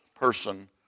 person